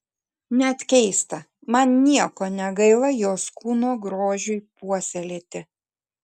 net keista man nieko negaila jos kūno grožiui puoselėti